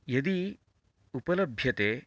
यदि उपलभ्यते